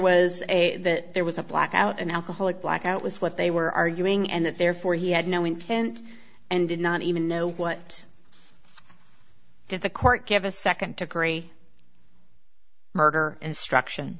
a there was a blackout an alcoholic blackout was what they were arguing and that therefore he had no intent and did not even know what did the court give a second degree murder instruction